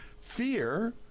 fear